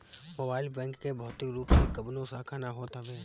mobile bank के भौतिक रूप से कवनो शाखा ना होत हवे